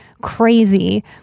crazy